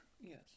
Yes